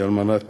הוראות